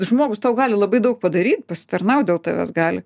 žmogus tau gali labai daug padaryt pasitarnaut dėl tavęs gali